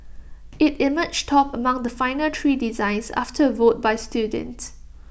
IT emerged top among the final three designs after A vote by students